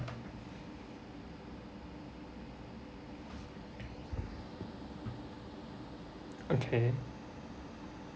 okay